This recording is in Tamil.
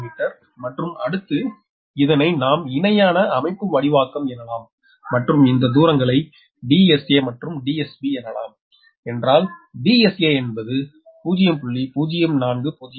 15 மீட்டர் மற்றும் அடுத்து இதனை நாம் இணையான அமைப்புவடிவாக்கம் எனலாம் மற்றும் இந்த தூரங்களை DSA மற்றும் DSB எனலாம் என்றால் DSA என்பது 0